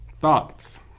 Thoughts